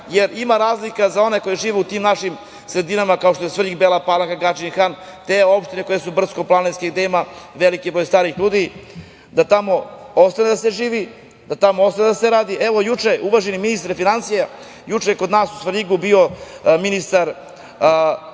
jer ima razlika za one koji žive u tim našim sredinama kao što je Svrljig, Bela Palanka, Gadžin Han, te opštine koje su brdsko-planinske i gde ima veliki broj starih ljudi, da tamo ostane da se živi, da tamo ostane da se radi. Evo, juče, uvaženi ministre finansija, juče je kod nas u Svrljigu bio ministar